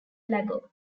lago